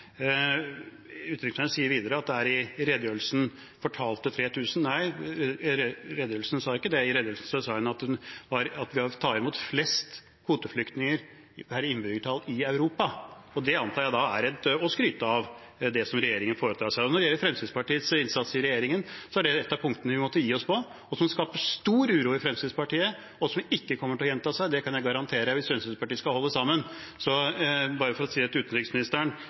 sier videre at hun i redegjørelsen sa 3 000. Nei, i redegjørelsen sa hun ikke det, i redegjørelsen sa hun at vi tar imot «flest kvoteflyktninger per innbygger» i Europa. Det antar jeg er å skryte av det som regjeringen foretar seg. Når det gjelder Fremskrittspartiets innsats i regjeringen, var det ett av punktene vi måtte gi oss på, som skaper stor uro i Fremskrittspartiet, og som ikke kommer til å gjenta seg – det kan jeg garantere – hvis Fremskrittspartiet skal holde sammen. Så bare for å si det til utenriksministeren: